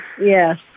yes